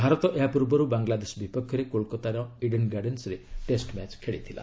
ଭାରତ ଏହା ପୂର୍ବରୁ ବାଙ୍ଗଲାଦେଶ ବିପକ୍ଷରେ କୋଲକାତାର ଇଡେନ୍ ଗାର୍ଡେନ୍ନରେ ଟେଷ୍ଟ ମ୍ୟାଚ୍ ଖେଳିଥିଲା